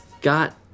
got